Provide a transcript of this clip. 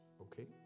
Okay